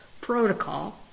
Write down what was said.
protocol